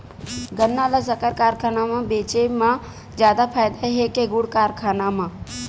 गन्ना ल शक्कर कारखाना म बेचे म जादा फ़ायदा हे के गुण कारखाना म?